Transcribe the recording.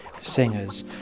singers